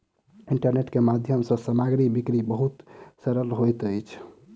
internet के माध्यम सँ सामग्री बिक्री बहुत सरल होइत अछि